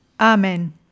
Amen